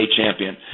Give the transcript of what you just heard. champion